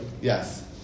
Yes